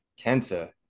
Kenta